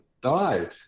died